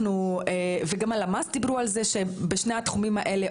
וגם הלמ"ס דיברו על זה שבשני התחומים האלה,